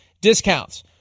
discounts